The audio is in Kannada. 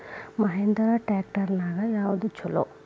ಮಹೇಂದ್ರಾ ಟ್ರ್ಯಾಕ್ಟರ್ ನ್ಯಾಗ ಯಾವ್ದ ಛಲೋ?